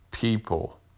people